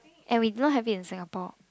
and we do not have it in Singapore